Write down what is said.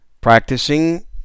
practicing